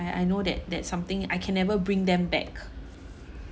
I I know that that something I can never bring them back